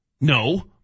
No